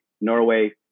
Norway